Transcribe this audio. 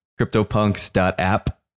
CryptoPunks.app